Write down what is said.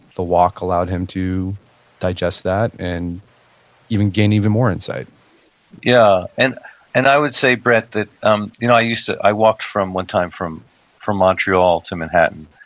the walk allowed him to digest that and even gain even more insight yeah, and and i would say, brett, that um you know i used to, i walked one time from from montreal to manhattan.